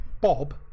bob